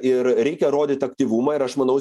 ir reikia rodyt aktyvumą ir aš manau